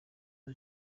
nta